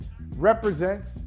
represents